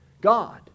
God